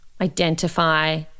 identify